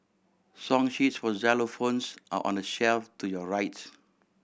song sheets for xylophones are on the shelf to your right